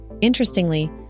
Interestingly